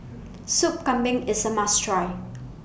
Soup Kambing IS A must Try